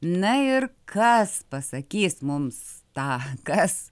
na ir kas pasakys mums tą kas